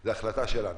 זו החלטה שלנו.